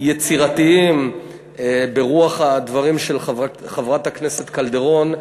יצירתיים ברוח הדברים של חברת הכנסת קלדרון,